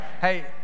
Hey